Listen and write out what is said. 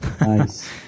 nice